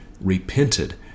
repented